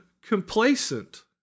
complacent